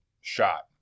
shot